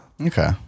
Okay